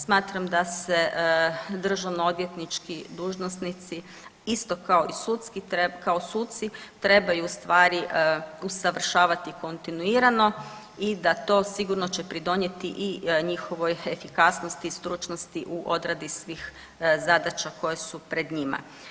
Smatram da se državno odvjetnički dužnosnici isto kao i sudski, kao suci trebaju u stvari usavršavati kontinuirano i da to sigurno će pridonijeti i njihovoj efikasnosti i stručnosti u odradi svih zadaća koje su pred njima.